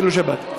חילול שבת.